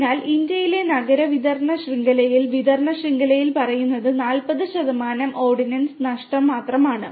അതിനാൽ ഇന്ത്യയിലെ നഗര വിതരണ ശൃംഖലയിൽ വിതരണ ശൃംഖലകൾ പറയുന്നത് 40 ശതമാനം ഓർഡറിന്റെ നഷ്ടം മാത്രമാണ്